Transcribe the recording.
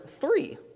three